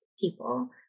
people